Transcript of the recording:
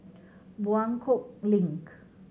Buangkok Link